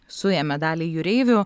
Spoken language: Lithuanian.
suėmė dalį jūreivių